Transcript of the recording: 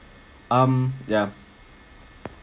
um ya